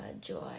joy